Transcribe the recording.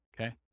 Okay